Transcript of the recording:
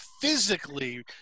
physically